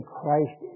Christ